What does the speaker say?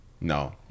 No